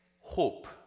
hope